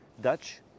Dutch